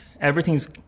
everything's